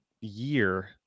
year